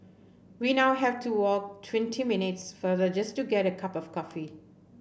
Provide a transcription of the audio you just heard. we now have to walk twenty minutes farther just to get a cup of coffee